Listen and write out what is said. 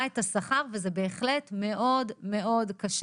את השכר וזה בהחלט מאוד מאוד קשה.